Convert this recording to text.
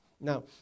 Now